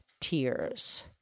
tears